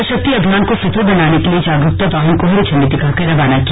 जलशक्ति अभियान को सफल बनाने के लिए जागरुकता वाहन को हरी इंडी दिखाकर रवाना किया